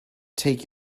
take